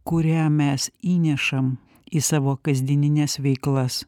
kurią mes įnešam į savo kasdienines veiklas